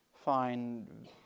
find